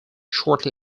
shortly